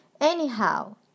Anyhow